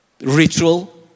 ritual